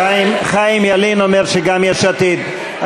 חיים ילין אומר שגם יש עתיד,